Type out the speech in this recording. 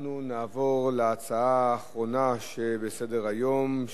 אנחנו נעבור להצעה האחרונה בסדר-היום: